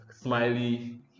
Smiley